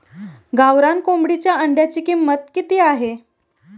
गावरान कोंबडीच्या अंड्याची किंमत किती आहे?